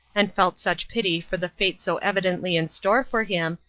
and felt such pity for the fate so evidently in store for him,